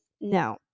No